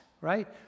right